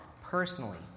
personally